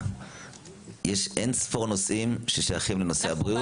יש אינספור נושאים ששייכים לנושא הבריאות.